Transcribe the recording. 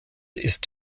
ist